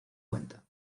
cuenta